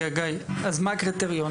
גיא, אז מה הקריטריון?